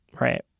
Right